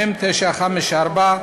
מ/954,